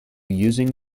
using